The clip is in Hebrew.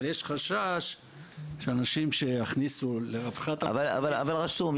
אבל יש חשש שאנשים שיכניסו לרווחת --- אבל רשום,